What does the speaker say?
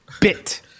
bit